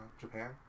Japan